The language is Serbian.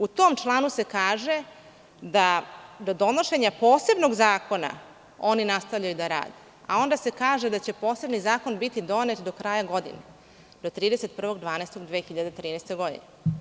U tom članu se kaže da donošenje posebnog zakona oni nastavljaju da rade, a onda se kaže da će poseban zakon biti donet do kraja godine, do 31. decembra 2013. godine.